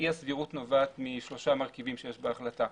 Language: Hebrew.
אי הסבירות נובעת משלושה מרכיבים שיש בהחלטה: